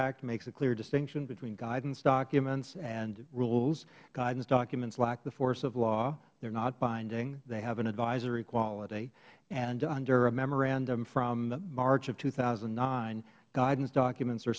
act makes a clear distinction between guidance documents and rules guidance documents lack the force of law they are not binding they have an advisory quality and under a memorandum from march of two thousand and nine guidance documents are